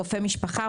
רופא משפחה,